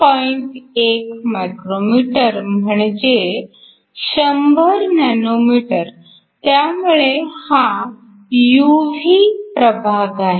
1 micrometre म्हणजे 100 nanometre त्यामुळे हा UV प्रभाग आहे